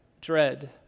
dread